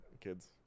kids